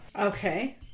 Okay